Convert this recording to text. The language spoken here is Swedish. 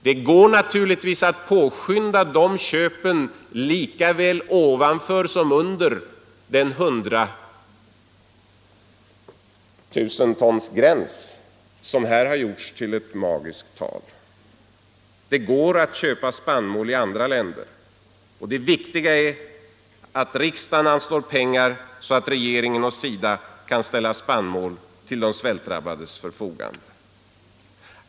Det går naturligtvis att påskynda köpen lika väl ovanför som under den 100 000-tonsgräns som här har gjorts till ett magiskt tal. Det går att köpa spannmål i andra länder, och det viktiga är att riksdagen anslår pengar så att regeringen och SIDA kan ställa spannmål till de svältdrabbades förfogande.